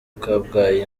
kabgayi